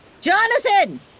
Jonathan